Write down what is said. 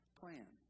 plan